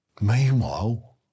Meanwhile